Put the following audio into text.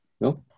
No